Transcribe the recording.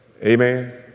Amen